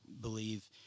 believe